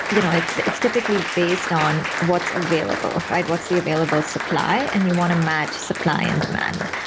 you know it's it's typically based on what's available, right? what's the available supply and you want to match supply and demand.